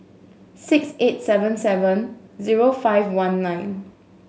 six eight seven seven zero five one nine